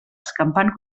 escampant